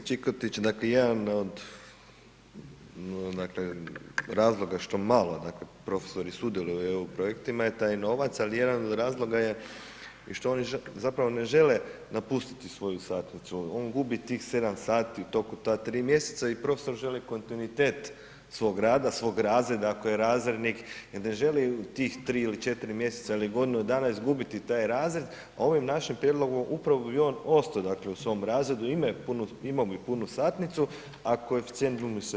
Poštovana kolegice Čikotić, dakle jedan od dakle razloga što malo dakle profesori sudjeluju u EU projektima je taj novac, ali jedan od razloga je i što oni zapravo ne žele napustiti svoju satnicu, on gubi tih 7 sati u toku ta tri mjeseca i profesor želi kontinuitet svog rada, svog razreda ako je razrednik i ne želi u tih 3 ili 4 mjeseca ili godinu dana izgubiti taj razred, a ovim našim prijedlogom upravo bi on ostao dakle u svom razredu, imamo bi punu satnicu, a koeficijent bi mu se povećao.